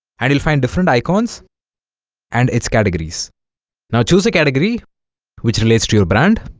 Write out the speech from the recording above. and you'll find different icons and it's categories now choose a category which relates to your brand